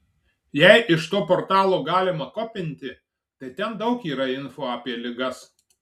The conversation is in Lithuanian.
jei iš to portalo galima kopinti tai ten daug yra info apie ligas